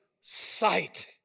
sight